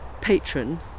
patron